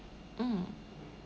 mm